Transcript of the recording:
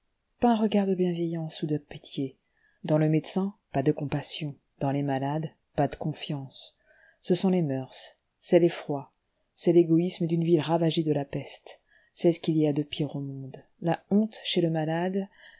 pas un regard de bienveillance ou de pitié dans le médecin pas de compassion dans les malades pas de confiance ce sont les moeurs c'est l'effroi c'est l'égoïsme d'une ville ravagée de la peste c'est ce qu'il y a de pire au monde la honte chez le malade